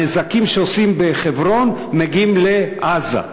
הנזקים שעושים בחברון מגיעים לעזה.